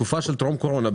בתקופה של טרום קורונה,